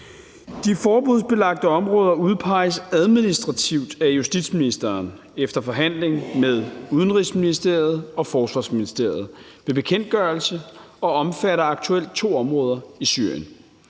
De forbudsbelagte områder udpeges administrativt af justitsministeren efter forhandling med Udenrigsministeriet og Forsvarsministeriet ved bekendtgørelse og omfatter aktuelt to områder i Syrien.